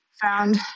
found